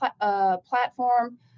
platform